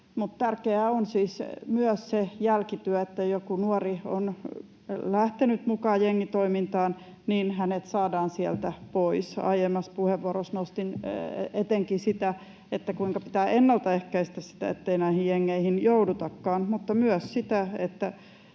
tärkeää on siis myös se jälkityö, että kun joku nuori on lähtenyt mukaan jengitoimintaan, niin hänet saadaan sieltä pois. Aiemmassa puheenvuorossa nostin etenkin sitä, kuinka pitää ennaltaehkäistä sitä, ettei näihin jengeihin joudutakaan, mutta myös sitä,